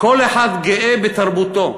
כל אחד גאה בתרבותו,